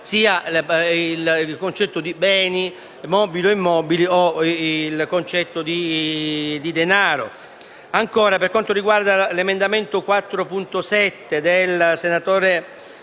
sia il concetto di beni mobili che immobili che il concetto di denaro. Anche per quanto riguarda l'emendamento 4.7, a prima